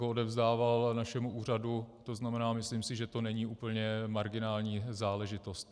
Odevzdával ho našemu úřadu, to znamená, že si myslím, že to není úplně marginální záležitost.